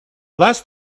last